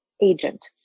agent